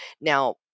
Now